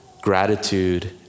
gratitude